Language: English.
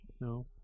No